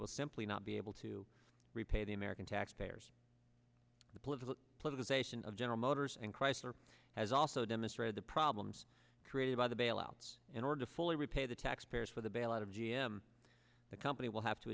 will simply not be able to repay the american taxpayers the political polarization of general motors and chrysler has also demonstrated the problems created by the bailouts in order to fully repay the taxpayers for the bailout of g m the company will have to